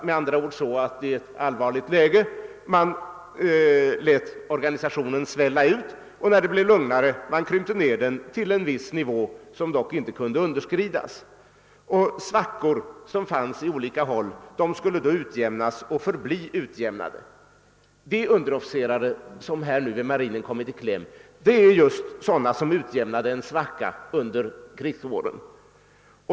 Man skulle i ett allvarligt läge låta organisationen svälla ut för att, när det blir lugnare, krympa ned den till en viss nivå, som dock inte kunde underskridas. Svackor som fanns på olika håll skulle då utjämnas och förbli utjämnade. De underofficerare vid marinen som nu har kommit i kläm är just sådana som utjämnade en svacka under krigsåren.